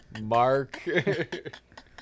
mark